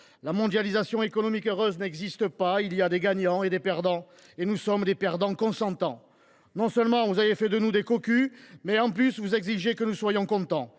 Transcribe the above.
La mondialisation économique heureuse n’existe pas : il y a des gagnants et des perdants. Nous sommes des perdants consentants ! Non seulement vous avez fait de nous des cocus, mais vous exigez, en plus, que nous soyons contents,